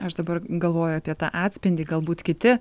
aš dabar galvoju apie tą atspindį galbūt kiti